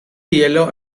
yellow